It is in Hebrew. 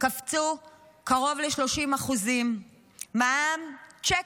קפצו בקרוב ל-30%; מע"מ, צ'ק,